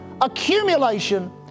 accumulation